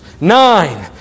Nine